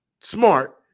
smart